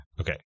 okay